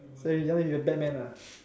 so you want to be the batman ah